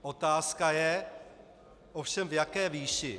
Otázka je ovšem, v jaké výši.